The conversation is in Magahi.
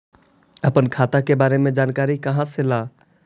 अपन खाता के बारे मे जानकारी कहा से ल?